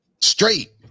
straight